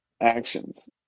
actions